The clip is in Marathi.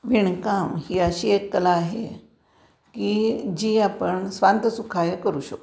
विणकाम ही अशी एक कला आहे की जी आपण स्वान्त सुखाय करू शकतो